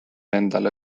endale